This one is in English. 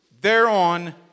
thereon